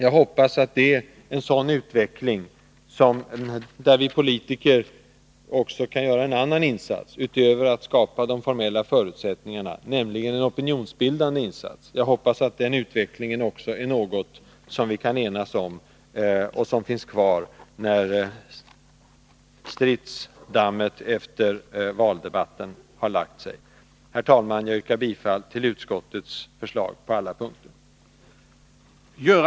Jag hoppas på en sådan utveckling, där vi politiker utöver att skapa de formella förutsättningarna också kan göra en annan insats, nämligen i opinionsbildningen. Jag hoppas att vi kan enas om den inriktningen och att den kan finnas kvar även när stridsdammet efter valdebatten har lagt sig. Herr talman! Jag yrkar bifall till utskottets förslag på alla punkter.